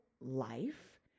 life